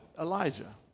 Elijah